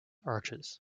archers